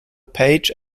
page